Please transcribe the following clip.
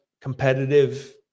competitive